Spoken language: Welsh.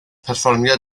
perfformiad